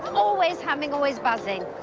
always humming, always buzzing.